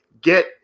Get